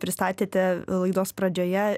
pristatėte laidos pradžioje